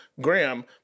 Graham